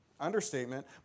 understatement